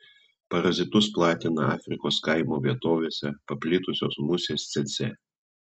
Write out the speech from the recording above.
parazitus platina afrikos kaimo vietovėse paplitusios musės cėcė